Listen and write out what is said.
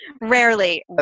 Rarely